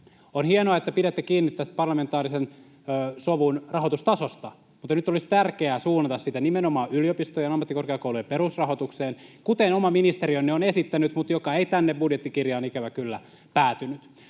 On hienoa, että pidätte kiinni tästä parlamentaarisen sovun rahoitustasosta, mutta nyt olisi tärkeää suunnata sitä nimenomaan yliopistojen ja ammattikorkeakoulujen perusrahoitukseen, kuten oma ministeriönne on esittänyt, mutta se ei tänne budjettikirjaan ikävä kyllä päätynyt.